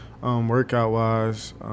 workout-wise